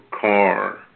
car